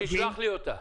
תשלח לי אותה.